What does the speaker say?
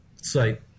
site